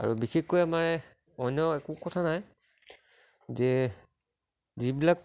আৰু বিশেষকৈ আমাৰ অন্য একো কথা নাই যে যিবিলাক